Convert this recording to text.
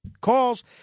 Calls